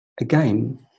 again